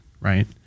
right